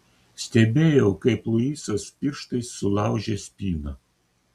stebėjau kaip luisas pirštais sulaužė spyną